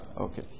Okay